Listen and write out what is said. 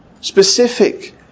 Specific